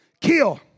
kill